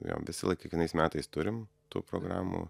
jo visąlaik kiekvienais metais turim tų programų